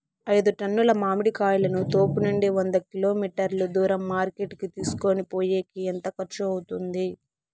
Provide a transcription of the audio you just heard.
ఐదు టన్నుల మామిడి కాయలను తోపునుండి వంద కిలోమీటర్లు దూరం మార్కెట్ కి తీసుకొనిపోయేకి ఎంత ఖర్చు అవుతుంది?